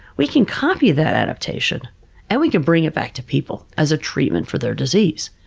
we can copy that adaptation and we can bring it back to people as a treatment for their disease.